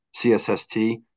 CSST